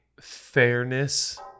fairness